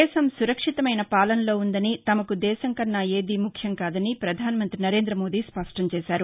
దేశం సురక్షితమైన పాలనలో ఉందని తమకు దేశం కన్నా ఏదీ ముఖ్యం కాదని ప్రధాన మంతి నరేంద్రమోదీ స్పష్ణంచేశారు